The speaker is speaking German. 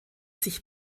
sich